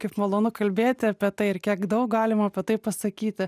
kaip malonu kalbėti apie tai ir kiek daug galima apie tai pasakyti